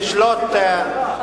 תשלוט, אתה עוקץ, אנחנו עוקצים בחזרה.